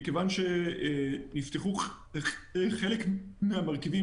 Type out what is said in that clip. אנחנו עברנו עכשיו את שלב 2. מכיוון שנפתחו חלק מהמרכיבים